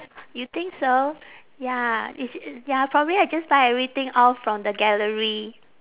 you think so ya it's uh ya probably I just buy everything off from the gallery